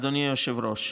אדוני היושב-ראש: